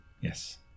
Yes